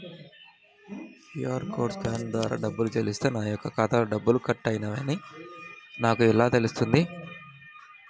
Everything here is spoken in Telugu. క్యూ.అర్ కోడ్ని స్కాన్ ద్వారా డబ్బులు చెల్లిస్తే నా యొక్క ఖాతాలో డబ్బులు కట్ అయినవి అని నాకు ఎలా తెలుస్తుంది?